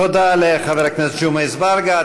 תודה לחבר הכנסת ג'מעה אזברגה.